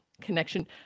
Connection